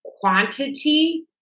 quantity